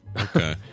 Okay